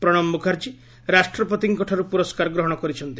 ପ୍ରଶବ ମୁଖାର୍ଚ୍ଚୀ ରାଷ୍ଟ୍ରପତିଙ୍କଠାରୁ ପୁରସ୍କାର ଗ୍ରହଣ କରିଛନ୍ତି